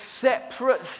separate